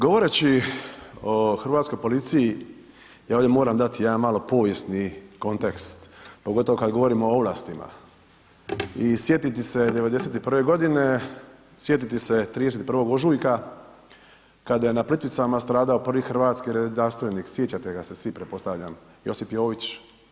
Govoreći o hrvatskoj policiji, ja ovdje moram dati jedan malo povijesni kontekst pogotovo kad govorimo o ovlastima i sjetiti se '91. g., sjetiti se 31. ožujka kada je na Plitvicama stradao prvi hrvatski redarstvenik, sjećate gase svi, pretpostavljam, Josip Jović.